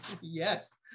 Yes